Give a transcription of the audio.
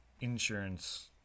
insurance